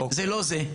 זה לא זה.